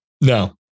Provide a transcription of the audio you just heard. No